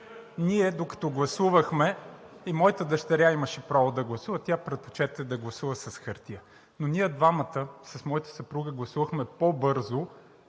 ние гласувахме, и моята дъщеря имаше право да гласува, тя предпочете да гласува с хартия. Но двамата с моята съпруга гласувахме по-бързо